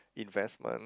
investment